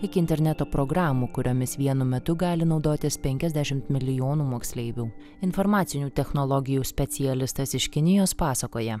iki interneto programų kuriomis vienu metu gali naudotis penkiasdešimt milijonų moksleivių informacinių technologijų specialistas iš kinijos pasakoja